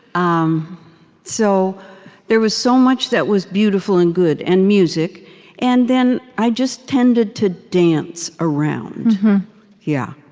um so there was so much that was beautiful and good and music and then, i just tended to dance around yeah